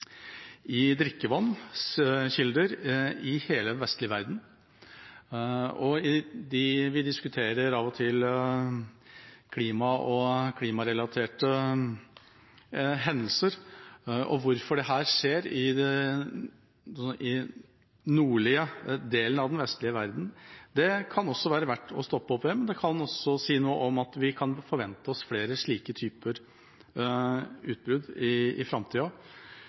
i hele den vestlige verden. Vi diskuterer av og til klima og klimarelaterte hendelser. Hvorfor dette skjer i den nordlige delen av den vestlige verden, kan det være verdt å stoppe opp ved. Dette kan også si noe om at vi kan forvente oss flere slike typer utbrudd i